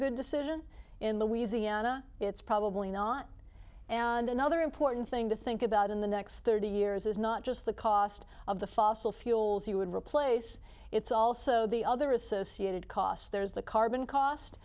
good decision in the wheezy ana it's probably not and another important thing to think about in the next thirty years is not just the cost of the fossil fuels he would replace it's also the other associated costs there's the carbon cost